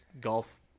golf